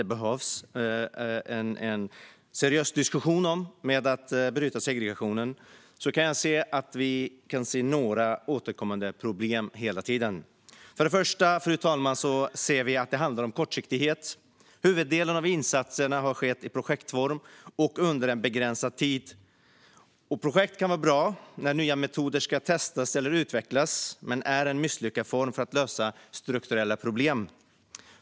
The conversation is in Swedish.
Det behövs här en seriös diskussion. Det finns några problem som återkommer hela tiden. För det första handlar det om kortsiktighet. Huvuddelen av insatserna har skett i projektform och under en begränsad tid. Projekt kan vara bra när nya metoder ska testas eller utvecklas, men det är en misslyckad form för att lösa strukturella problem.